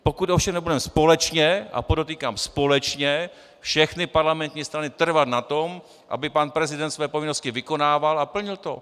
Pokud ovšem nebudeme společně a podotýkám společně, všechny parlamentní strany trvat na tom, aby pan prezident své povinnosti vykonával a plnil to.